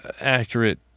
accurate